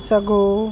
सघो